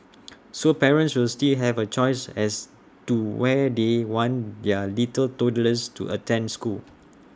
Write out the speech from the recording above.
so parents will still have A choice as to where they want their little toddlers to attend school